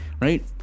right